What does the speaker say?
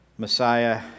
Messiah